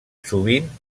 sovint